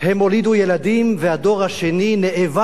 הם הולידו ילדים והדור השני נאבק